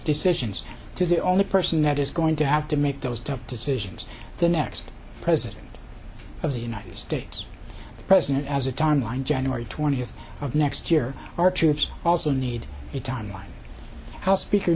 decisions to the only person that is going to have to make those tough decisions the next president of the united states the president as a timeline january twentieth of next year our troops also need a timeline house speaker